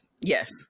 Yes